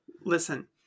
Listen